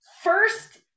first